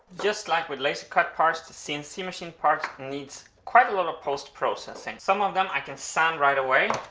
just like with laser cut parts the cnc machine parts needs quite a lot of post processing. some of them i can sand right away.